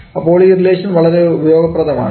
അപ്പോൾ ഈ റിലേഷൻ വളരെ ഉപയോഗപ്രദമാണ്